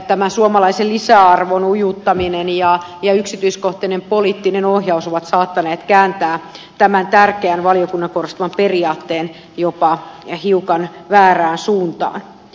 tämän suomalaisen lisäarvon ujuttaminen ja yksityiskohtainen poliittinen ohjaus ovat saattaneet kääntää tämän tärkeän valiokunnan korostaman periaatteen jopa hiukan väärään suuntaan